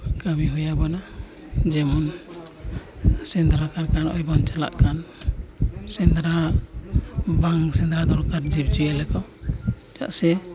ᱠᱟᱹᱢᱤ ᱦᱩᱭ ᱟᱵᱚᱱᱟ ᱡᱮᱢᱚᱱ ᱥᱮᱸᱫᱽᱨᱟ ᱠᱟᱨᱠᱟ ᱱᱚᱜᱼᱚᱸᱭ ᱵᱚᱱ ᱪᱟᱞᱟᱜ ᱠᱟᱱ ᱥᱮᱸᱫᱽᱨᱟ ᱵᱟᱝ ᱥᱮᱸᱫᱽᱨᱟ ᱫᱚᱨᱠᱟᱨ ᱡᱤᱵᱽ ᱡᱤᱞᱤᱭᱟᱹᱞᱤ ᱠᱚ ᱪᱮᱫᱟᱜ ᱥᱮ